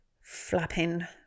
Flapping